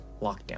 lockdown